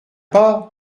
pas